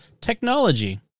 technology